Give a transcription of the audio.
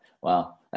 Wow